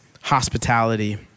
hospitality